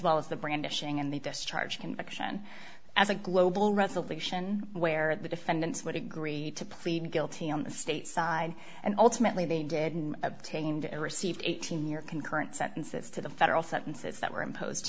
well as the brandishing and the discharge conviction as a global resolution where the defendants would agreed to plead guilty on the state side and ultimately they didn't obtain received eighteen year concurrent sentences to the federal sentences that were imposed